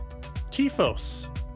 Tifos